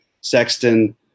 Sexton